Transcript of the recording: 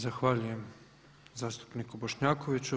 Zahvaljujem zastupniku Bošnjakoviću.